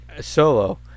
Solo